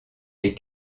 les